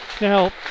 Now